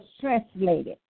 translated